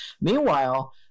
Meanwhile